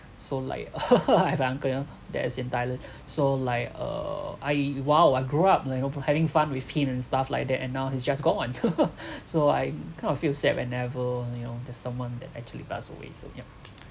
so like I have a uncle yeah that is in thailand so like uh I while I grew up like you know having fun with him and stuff like that and now he's just go on so I kind of feel sad whenever you know someone that actually pass away so yup